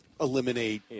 eliminate